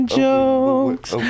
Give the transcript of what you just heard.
jokes